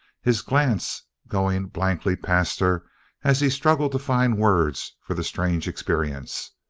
his glance going blankly past her as he struggled to find words for the strange experience,